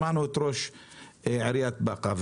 שמענו את ראש עיריית באקה,